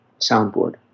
soundboard